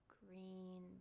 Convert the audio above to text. green